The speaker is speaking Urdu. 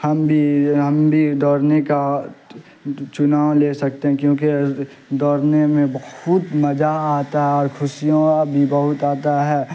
ہم بھی ہم بھی دورنے کا چناؤ لے سکتے ہیں کیونکہ دوڑنے میں بہت مجا آتا ہے اور خوشیاں بھی بہت آتا ہے